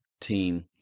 team